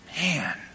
Man